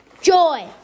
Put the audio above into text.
joy